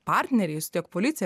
partneriais tiek policija